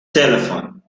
telephone